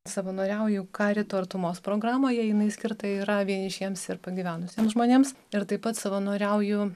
savanoriauju karito artumos programoje jinai skirta yra vienišiems ir pagyvenusiems žmonėms ir taip pat savanoriauju